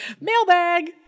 mailbag